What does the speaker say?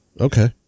Okay